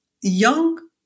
young